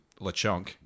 LeChonk